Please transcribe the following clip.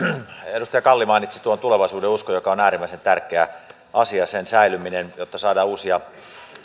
edustaja kalli mainitsi tuon tulevaisuudenuskon jonka säilyminen on äärimmäisen tärkeä asia jotta saadaan uusia